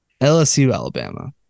LSU-Alabama